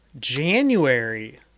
January